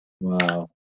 Wow